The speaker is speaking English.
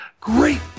Great